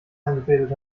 eingefädelt